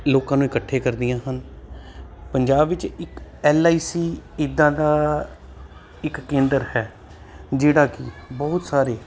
ਲੋਕਾਂ ਨੂੰ ਇਕੱਠੇ ਕਰਦੀਆਂ ਹਨ ਪੰਜਾਬ ਵਿੱਚ ਇੱਕ ਐਲਆਈਸੀ ਇੱਦਾਂ ਦਾ ਇਕ ਕੇਂਦਰ ਹੈ ਜਿਹੜਾ ਕਿ ਬਹੁਤ ਸਾਰੇ